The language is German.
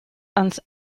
ans